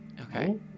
Okay